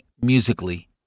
musically